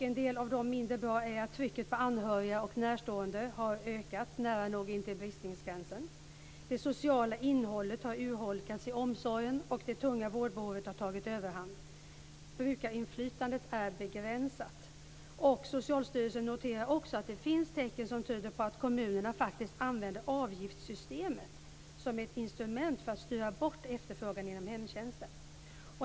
En del av det mindre bra är att trycket på anhöriga och närstående har ökat, nära nog till bristningsgränsen. Det sociala innehållet i omsorgen har urholkats och det tunga vårdbehovet har tagit överhand. Brukarinflytandet är begränsat. Socialstyrelsen noterar också att det finns tecken som tyder på att kommunerna faktiskt använder avgiftssystemet som ett instrument för att styra bort efterfrågan inom hemtjänsten.